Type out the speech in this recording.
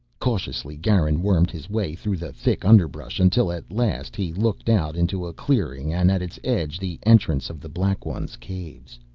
cautiously garin wormed his way through the thick underbrush until, at last, he looked out into a clearing and at its edge the entrance of the black ones' caves.